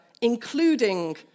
including